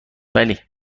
ولی